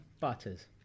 butters